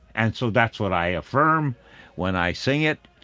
and so that's what i affirm when i sing it,